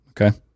Okay